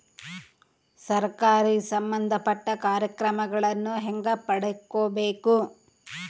ಸರಕಾರಿ ಸಂಬಂಧಪಟ್ಟ ಕಾರ್ಯಕ್ರಮಗಳನ್ನು ಹೆಂಗ ಪಡ್ಕೊಬೇಕು?